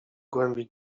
głębi